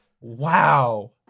Wow